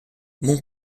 mon